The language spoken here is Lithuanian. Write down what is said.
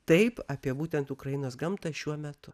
taip apie būtent ukrainos gamtą šiuo metu